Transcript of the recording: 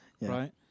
right